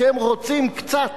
כשהם רוצים קצת,